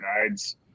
guides